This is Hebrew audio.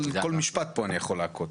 כל משפט פה אני יכול לעקוץ.